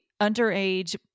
underage